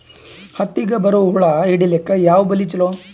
ಹತ್ತಿಗ ಬರುವ ಹುಳ ಹಿಡೀಲಿಕ ಯಾವ ಬಲಿ ಚಲೋ?